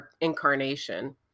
incarnation